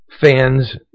fans